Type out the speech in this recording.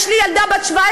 יש לי ילדה בת 17,